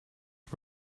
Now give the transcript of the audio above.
ich